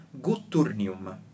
gutturnium